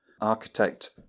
architect